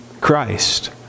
Christ